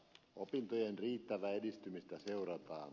opintojen riittävää edistymistä seurataan